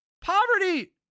Poverty